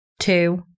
two